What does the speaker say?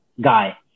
guy